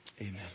Amen